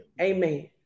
Amen